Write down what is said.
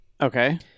okay